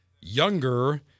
younger